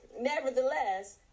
nevertheless